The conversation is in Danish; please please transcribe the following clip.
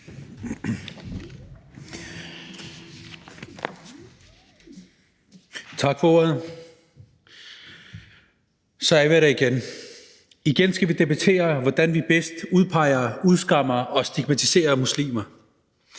Tak for ordet. Så er vi der igen – igen skal vi debattere, hvordan vi bedst udpeger, udskammer og stigmatiserer muslimer.